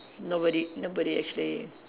nobody nobody actually